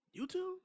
YouTube